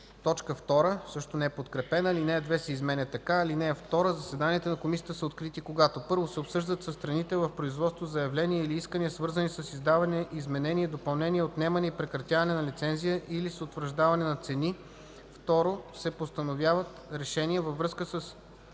всички членове на Комисията”.” 2. Алинея 2 се изменя така: „(2) Заседанията на комисията са открити когато: 1. се обсъждат със страните в производството заявления или искания, свързани с издаване, изменение, допълнение, отнемане и прекратяване на лицензия или с утвърждаване на цени; 2. се постановяват решения във връзка с